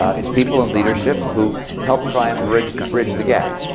it's people in leadership who help try and bridge bridge the gap.